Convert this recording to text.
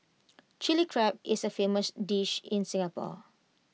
Chilli Crab is A famous dish in Singapore